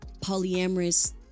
polyamorous